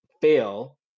fail